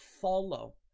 follow